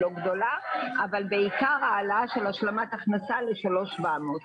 אבל בעיקר העלאה של השלמת הכנסה ל-3,700.